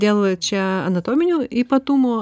dėl čia anatominių ypatumų